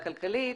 הכלכלית,